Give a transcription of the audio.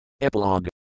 Epilogue